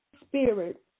spirit